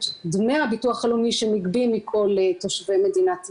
דמי הביטוח הלאומי שנגבים מכל תושבי מדינת ישראל,